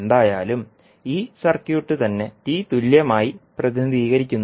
എന്തായാലും ഈ സർക്യൂട്ട് തന്നെ T തുല്യമായി പ്രതിനിധീകരിക്കുന്നു